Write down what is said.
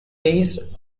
ways